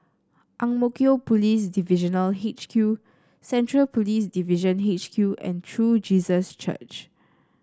Ang Mo Kio Police Divisional H Q Central Police Division H Q and True Jesus Church